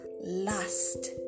last